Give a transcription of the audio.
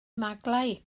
maglau